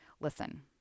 Listen